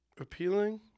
Appealing